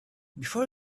before